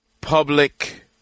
public